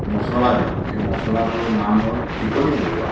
মছলা দিওঁ সেই মছলাটোৰ নাম হ'ল টিকনি বৰুৱা